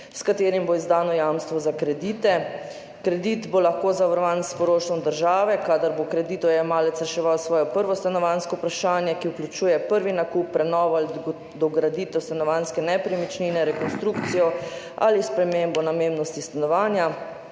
s katero bo izdano jamstvo za kredite. Kredit bo lahko zavarovan s poroštvom države, kadar bo kreditojemalec reševal svojo prvo stanovanjsko vprašanje, ki vključuje prvi nakup, prenovo ali dograditev stanovanjske nepremičnine, rekonstrukcijo ali spremembo namembnosti stanovanja.